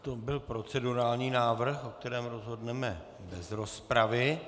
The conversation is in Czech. To byl procedurální návrh, o kterém rozhodneme bez rozpravy.